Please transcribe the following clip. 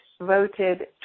voted